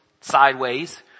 sideways